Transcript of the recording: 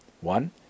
One